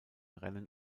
rennen